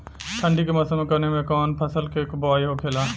ठंडी के मौसम कवने मेंकवन फसल के बोवाई होखेला?